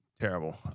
terrible